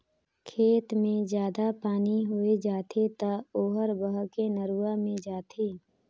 खेत मे जादा पानी होय जाथे त ओहर बहके नरूवा मे जाथे